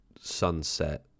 sunset